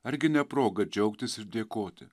argi ne proga džiaugtis ir dėkoti